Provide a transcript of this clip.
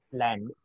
land